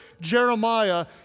Jeremiah